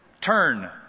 Turn